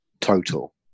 total